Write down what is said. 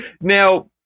now